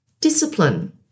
discipline